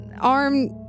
arm